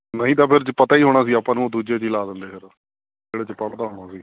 ਨਹੀਂ ਤਾਂ ਫਿਰ ਪਤਾ ਹੀ ਹੋਣਾ ਸੀ ਆਪਾਂ ਨੂੰ ਦੂਜੇ ਦੀ ਲਾ ਦਿੰਦੇ ਫਿਰ ਜਿਹੜੇ 'ਚ ਪੜਦਾ ਹੁਣ ਉਹ ਹੀ